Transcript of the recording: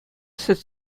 сӗт